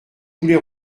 poulet